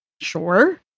Sure